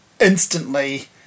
instantly